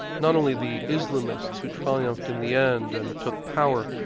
not only the islamists who triumphed in the end and took powers,